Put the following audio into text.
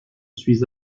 suis